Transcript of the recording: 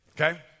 okay